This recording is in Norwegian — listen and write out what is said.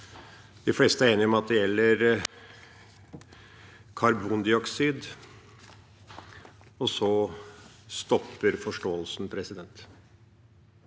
De fleste er enige om at det gjelder karbondioksid – og så stopper forståelsen.